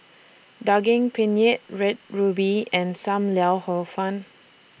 Daging Penyet Red Ruby and SAM Lau Hor Fun